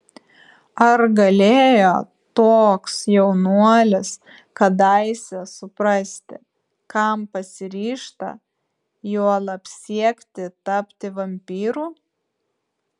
ar galėjo toks jaunuolis kadaise suprasti kam pasiryžta juolab siekti tapti vampyru